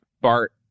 Bart